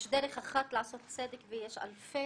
יש דרך אחת לעשות צדק ויש אלפי